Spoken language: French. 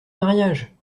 mariage